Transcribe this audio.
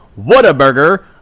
Whataburger